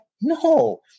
no